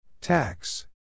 Tax